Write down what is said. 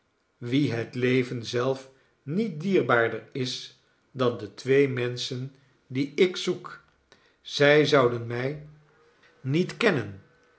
wien het leven zelf niet dierbaarder is dan de twee menschen die ik zoek zij zouden mij niet nelly kennen